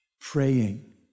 Praying